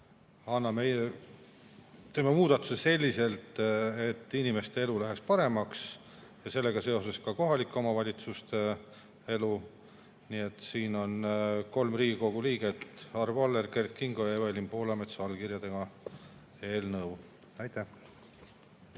kus me teeme muudatuse selliselt, et inimeste elu läheks paremaks ja sellega seoses ka kohalike omavalitsuste elu. Nii et siin on kolme Riigikogu liikme – Arvo Aller, Kert Kingo ja Evelin Poolamets – allkirjadega eelnõu. Aitäh!